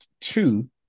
two